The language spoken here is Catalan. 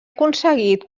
aconseguit